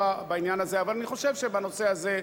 לא יודעים גם את זה.